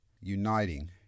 uniting